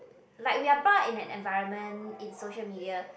like we are brought up in an environment in social media